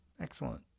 Excellent